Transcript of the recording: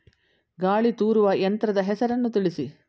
ಗಾಳಿ ತೂರುವ ಯಂತ್ರದ ಹೆಸರನ್ನು ತಿಳಿಸಿ?